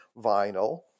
vinyl